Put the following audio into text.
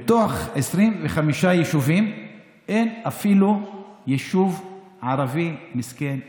מתוך 25 יישובים אין אפילו יישוב ערבי מסכן אחד.